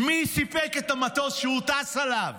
מי סיפק את המטוס שהוא טס עליו